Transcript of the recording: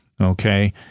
okay